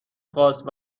خواست